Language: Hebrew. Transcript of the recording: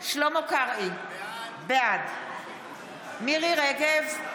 שלמה קרעי, בעד מירי מרים רגב,